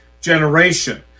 generation